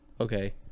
okay